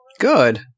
good